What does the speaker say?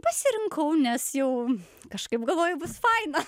pasirinkau nes jau kažkaip galvoju bus faina